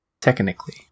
Technically